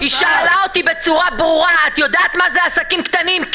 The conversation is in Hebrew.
היא שאלה אותי בצורה ברורה: את יודעת מה זה עסקים קטנים?